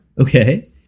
Okay